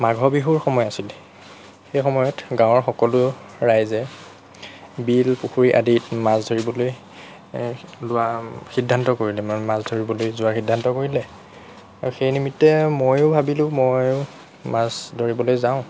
মাঘৰ বিহুৰ সময় আছিলে সেই সময়ত গাঁৱৰ সকলো ৰাইজে বিল পুখুৰী আদিত মাছ ধৰিবলৈ লোৱাৰ সিদ্ধান্ত কৰিলে ম মাছ ধৰিবলৈ যোৱাৰ সিদ্ধান্ত কৰিলে আৰু সেই নিমিত্তে ময়ো ভাবিলোঁ মই মাছ ধৰিবলৈ যাওঁ